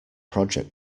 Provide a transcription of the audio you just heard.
project